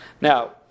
Now